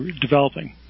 developing